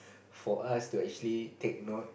for us to actually take note